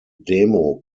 demo